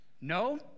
No